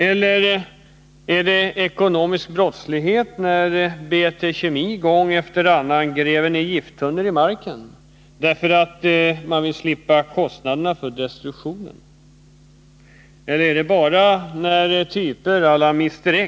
Eller är det ekonomisk brottslighet när BT Kemi gång efter annan gräver ner gifttunnor i marken för att slippa kostnaderna för destruktion? Eller är det bara när typer å la Mr.